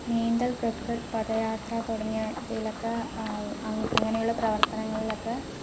നീന്തൽ ക്രിക്കറ്റ് പദയാത്ര തുടങ്ങിയ ഇതിലൊക്കെ അങ്ങനെയുള്ള പ്രവർത്തനങ്ങളിലൊക്കെ